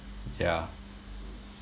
yeah